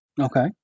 Okay